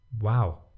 wow